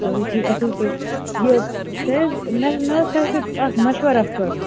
اَوَے ٹھیٖک اَصٕل پٲٹھۍ یہِ تۄہہِ حظ مےٚ حظ مےٚ ٲس تۄہہِ سۭتۍ اَکھ مَشوَر اَکھ کرُن